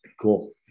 Cool